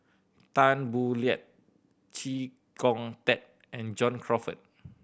Tan Boo Liat Chee Kong Tet and John Crawfurd